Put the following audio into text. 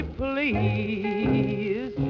please